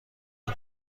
این